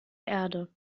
erde